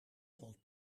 vond